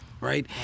right